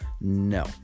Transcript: No